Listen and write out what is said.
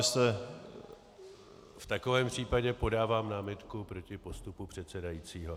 V takovém případě podávám námitku proti postupu předsedajícího.